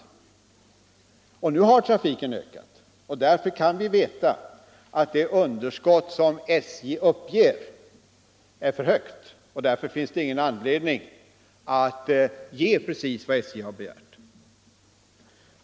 Nu har trafiken ökat, och därför kan vi veta att det underskott som SJ uppger är för stort. Följaktligen finns det ingen anledning att ge precis vad SJ har begärt.